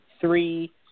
three